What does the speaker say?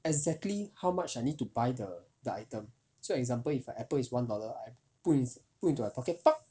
exactly how much I need to buy the the item so example if a apple is one dollar I pull ins~ pull into a pocket